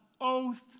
oath